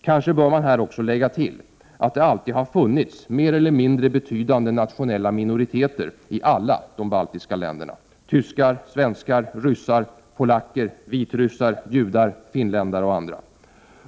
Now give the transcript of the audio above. Kanske bör man här också lägga till att det alltid har funnits mer eller mindre betydande nationella minoriteter i alla de baltiska länderna — tyskar, svenskar, ryssar, polacker, vitryssar, judar, finländare och andra.